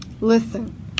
Listen